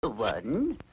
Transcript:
One